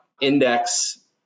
index